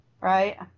right